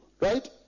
right